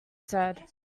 said